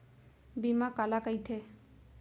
बीमा काला कइथे?